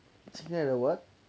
亲爱的 what